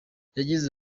yagize